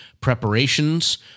preparations